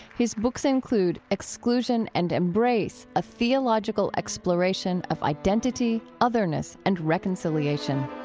his books include exclusion and embrace a theological exploration of identity, otherness and reconciliation